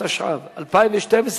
27), התשע"ב 2012,